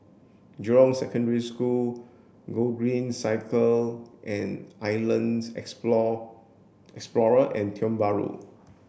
Jurong Secondary School Gogreen Cycle and Islands Explorer and Tiong Bahru